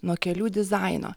nuo kelių dizaino